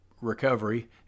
recovery